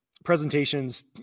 presentations